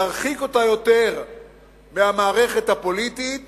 ירחיק אותה יותר מהמערכת הפוליטית